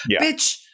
Bitch